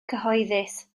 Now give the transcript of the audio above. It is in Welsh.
cyhoeddus